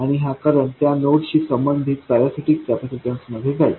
आणि हा करंट त्या नोडशी संबंधित पॅरासिटिक कॅपेसिटन्समध्ये जाईल